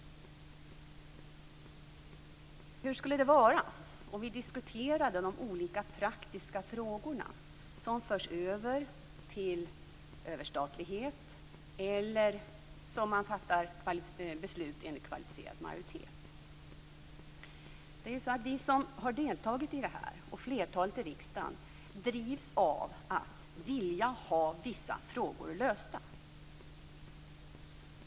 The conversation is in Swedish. Hur skulle det vara om vi diskuterade de olika praktiska frågor som förs över till överstatlighet eller som man fattar beslut om enligt kvalificerad majoritet? Vi som har deltagit i det här, och flertalet i riksdagen, drivs av att vilja ha vissa frågor lösta.